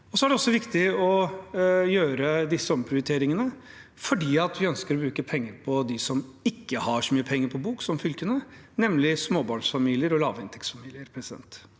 Så er det også viktig å gjøre disse omprioriteringene fordi vi ønsker å bruke penger på dem som ikke har så mye penger på bok som fylkene, nemlig småbarnsfamilier og lavinntektsfamilier.